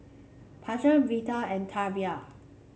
Pasquale Vita and Tavian